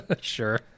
Sure